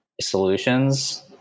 solutions